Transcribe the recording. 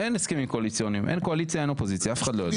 אין הסכמים קואליציוניים אין קואליציה אין אופוזיציה אף אחד לא יודע.